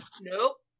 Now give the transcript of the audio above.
Nope